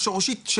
השורשית,